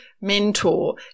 mentor